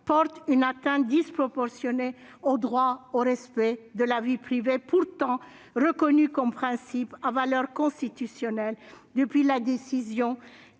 porte une atteinte disproportionnée au droit au respect de la vie privée, pourtant reconnu comme principe à valeur constitutionnelle depuis la décision